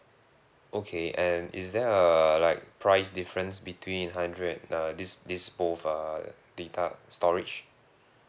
okay and is there err like price difference between hundred uh this this both err data storage